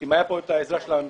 אם הייתה כאן את עזרת הממשלה.